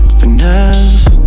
finesse